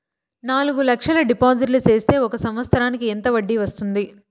నాలుగు లక్షల డిపాజిట్లు సేస్తే ఒక సంవత్సరానికి ఎంత వడ్డీ వస్తుంది?